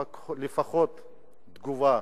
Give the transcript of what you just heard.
לפחות תגובה.